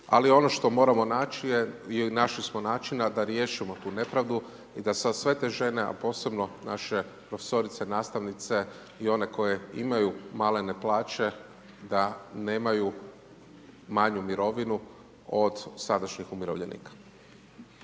Ali ono što moramo naći je, i našli smo načina, da riješimo tu nepravdu i da se sve te žene, a posebno naše profesorice, nastavnice i one koje imaju malene plaće da nemaju manju mirovinu od sadašnjih umirovljenika.